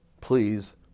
please